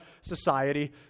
society